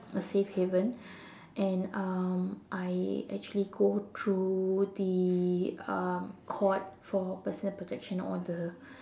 a safe haven and um I actually go through the um court for personal protection order